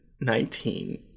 nineteen